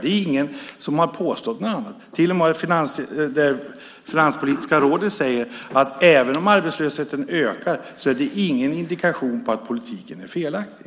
Det är ingen som har påstått något annat. Men till och med Finanspolitiska rådet säger att även om arbetslösheten ökar är det ingen indikation på att politiken är felaktig.